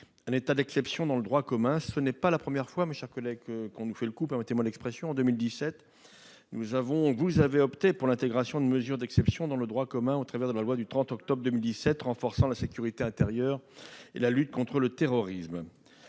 un état d'exception dans le droit commun. Ce n'est pas la première fois que l'on nous ferait le coup, si vous me permettez l'expression. Ainsi, en 2017, vous avez opté pour l'intégration de mesures d'exception dans le droit commun, au travers de la loi du 30 octobre 2017 renforçant la sécurité intérieure et la lutte contre le terrorisme.